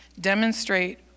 demonstrate